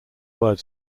word